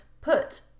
put